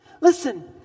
Listen